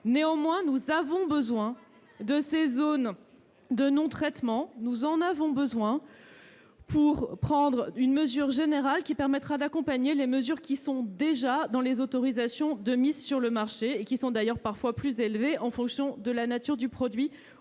Néanmoins, nous avons besoin de ces zones de non-traitement pour prendre une mesure générale afin d'accompagner les dispositions figurant dans les autorisations de mise sur le marché, qui sont d'ailleurs parfois plus élevées en fonction de la nature du produit